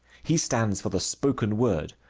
he stands for the spoken word,